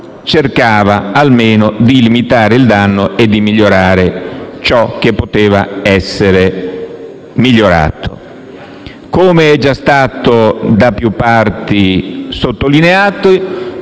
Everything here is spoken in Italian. cercava almeno di limitare il danno e di migliorare ciò che poteva essere migliorato. Come è già stato da più parti sottolineato,